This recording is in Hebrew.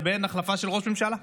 לבין החלפה של ראש ממשלה.